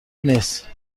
نیست